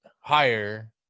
higher